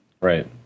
right